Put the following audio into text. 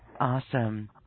Awesome